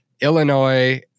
Illinois